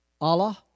Allah